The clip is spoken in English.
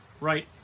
right